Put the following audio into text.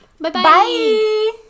Bye-bye